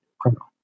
criminal